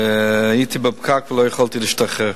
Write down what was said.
הייתי בפקק ולא יכולתי להשתחרר.